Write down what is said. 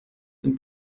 dem